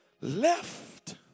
left